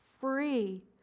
free